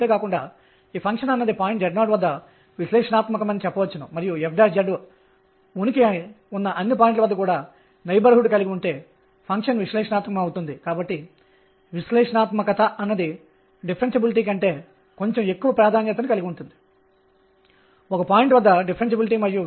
అయితే చాలా ముఖ్యమైనది ఇది ఒకటి కంటే ఎక్కువ రకాల కక్ష్యలను ఇస్తుంది మరియు వృత్తాకార మరియు ఎలిప్టికల్ దీర్ఘవృత్తాకార కక్ష్యలను ఇస్తుంది మరియు ఇది ఒకే ఎనర్జీ కోసం ఒకటి కంటే ఎక్కువ క్వాంటం సంఖ్యల ఆలోచనను పరిచయం చేస్తుంది